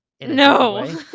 No